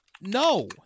No